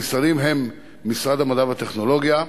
המשרדים הם משרד המדע והטכנולוגיה,